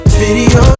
video